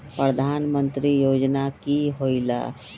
प्रधान मंत्री योजना कि होईला?